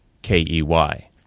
K-E-Y